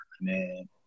man